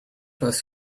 was